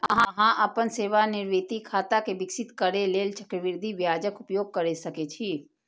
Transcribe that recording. अहां अपन सेवानिवृत्ति खाता कें विकसित करै लेल चक्रवृद्धि ब्याजक उपयोग कैर सकै छी